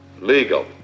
legal